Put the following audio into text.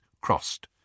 crossed